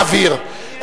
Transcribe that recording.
להבהיר,